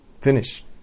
Finish